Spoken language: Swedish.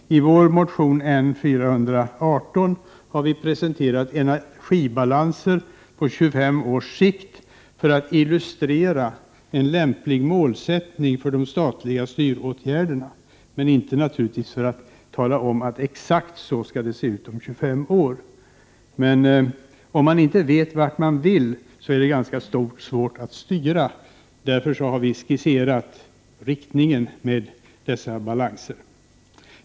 I vår motion N418 har vi presenterat energibalanser på 25 års sikt för att illustrera en lämplig målsättning för de statliga styråtgärderna — men givetvis inte för att tala om exakt hur det skall se ut om 25 år. Men om man inte vet vart man vill är det ganska svårt att styra rätt, och därför har vi skisserat riktningen med dessa balanser.